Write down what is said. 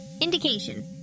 Indication